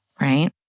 right